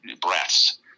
breaths